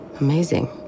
Amazing